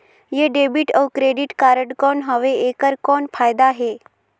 ये डेबिट अउ credit card कौन हवे एकर कौन फाइदा हे?